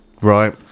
right